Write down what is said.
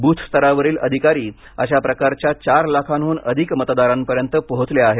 booth स्तरावरील अधिकारी अशा प्रकारच्या चार लाखाहून अधिक मतदारांपर्यंत पोहोचले आहेत